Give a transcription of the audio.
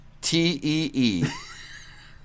T-E-E